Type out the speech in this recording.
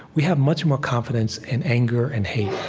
we have much more confidence in anger and hate.